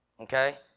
okay